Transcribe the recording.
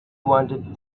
wanted